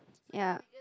ya